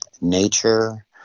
nature –